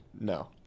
No